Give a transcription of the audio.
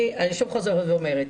אני שוב חוזרת ואומרת.